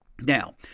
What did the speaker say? now